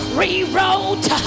rewrote